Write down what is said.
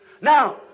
Now